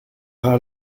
haar